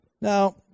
Now